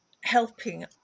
helping